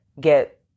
get